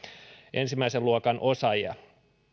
ensimmäisen luokan osaajia